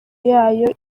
yayo